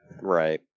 Right